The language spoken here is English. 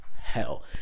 hell